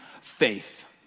faith